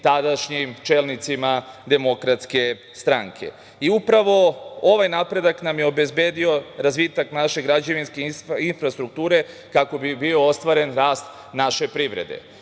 tadašnjim čelnicima DS.Upravo ovaj napredak nam je obezbedio razvitak naše građevinske infrastrukture, kako bi bio ostvaren rast naše privrede. Same